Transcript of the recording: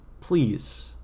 Please